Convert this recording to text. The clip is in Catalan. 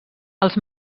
els